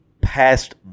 past